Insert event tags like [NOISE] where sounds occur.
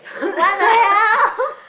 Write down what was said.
what the hell [LAUGHS]